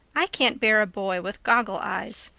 i can't bear a boy with goggle eyes.